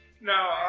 No